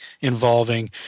involving